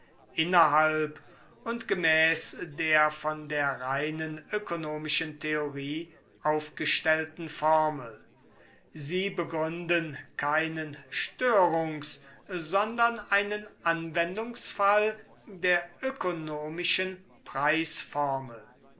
innerhalb und gemäß der von der reinen ökonomischen theorie aufgestellten formel sie begründen keinen störungs sonde einen anwendungsfall der ökonomischen